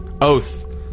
Oath